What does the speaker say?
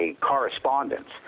correspondence